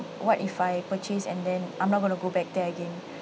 what if I purchase and then I'm not going to go back there again